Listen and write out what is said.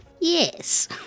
yes